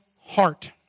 heart